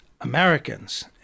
Americans